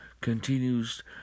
continues